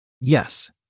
Yes